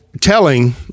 telling